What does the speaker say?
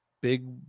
big